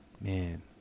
Man